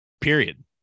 period